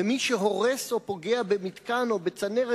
ומי שהורס או פוגע במתקן או בצנרת,